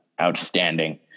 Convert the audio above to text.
outstanding